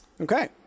okay